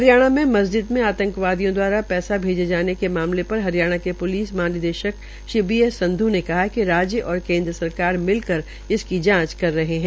हरियाणा में मस्जिद में आंतवादियों द्वारा पैसा भैजे जाने के मामले पर हरियाणा के प्लिस महानिदेशक बी एस संधू ने कहा है कि राज्य और केन्द्र सरकार मिलकर इसकी जांच कर रहे है